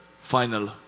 final